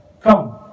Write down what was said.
come